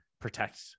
protect